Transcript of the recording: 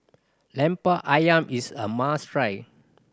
Lemper Ayam is a must try